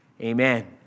Amen